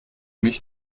mich